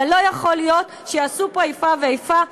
אבל לא יכול להיות שיעשו פה איפה ואיפה,